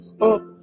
Up